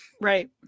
Right